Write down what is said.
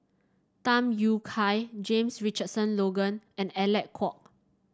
Tham Yui Kai James Richardson Logan and Alec Kuok